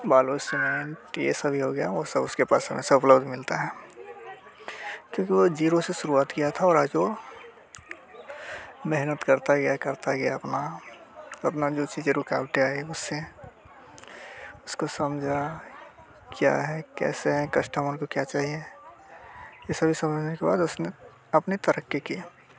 बालू सीमेंट ये सभी हो गया सब उसके पास में सब लोग मिलता है क्योंकि वो जीरो से शुरूआत किया था और आज वो मेहनत करता गया करता गया अपना अपना जो चीज़ें रुकावटें आईं उससे उसको समझा क्या है कैसे है कस्टमर को क्या चाहिए ये सभी समझने के बाद उसने अपने तरक्की की